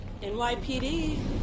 NYPD